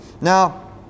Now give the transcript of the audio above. now